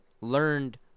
Learned